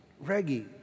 Reggie